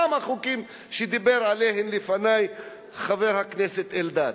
גם החוקים שדיבר עליהם לפני חבר הכנסת אלדד?